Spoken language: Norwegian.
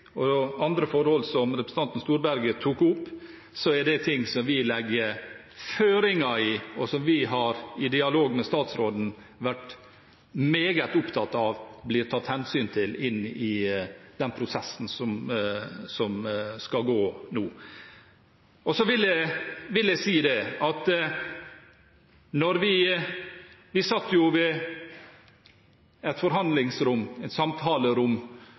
og andre forhold som representanten Storberget tok opp, er det ting hvor vi legger inn føringer, og som vi i dialog med statsråden har vært meget opptatt av blir tatt hensyn til inn i den prosessen som skal gå nå. Så vil jeg si at vi satt jo i et samtalerom i noen dager, Storberget, undertegnede og flere andre, og det var et